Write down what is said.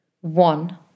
one